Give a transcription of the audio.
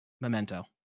Memento